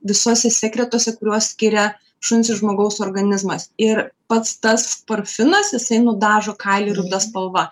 visuose sekretuose kuriuos skiria šuns ir žmogaus organizmas ir pats tas porfinas jisai nudažo kailį ruda spalva